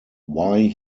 why